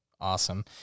Awesome